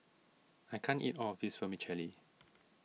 I can't eat all of this Vermicelli